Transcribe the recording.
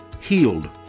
healed